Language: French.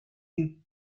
yeux